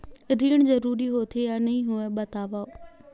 ऋण जरूरी होथे या नहीं होवाए बतावव?